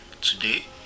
Today